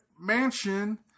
mansion